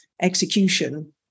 execution